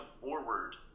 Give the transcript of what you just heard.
forward